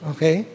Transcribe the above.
Okay